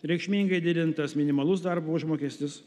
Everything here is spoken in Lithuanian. reikšmingai didintas minimalus darbo užmokestis